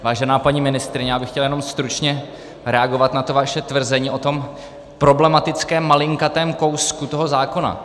Vážená paní ministryně, já bych chtěl jenom stručně reagovat na to vaše tvrzení o tom problematickém malinkatém kousku toho zákona.